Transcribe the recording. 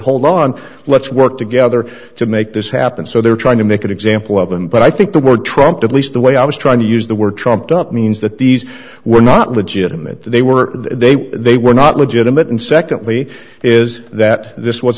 hold on let's work together to make this happen so they're trying to make an example of them but i think the word trumped at least the way i was trying to use the word trumped up means that these were not legitimate they were they were they were not legitimate and secondly is that this was